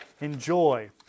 Enjoy